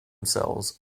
cells